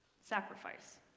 sacrifice